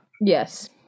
yes